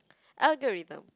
algorithm